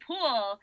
pool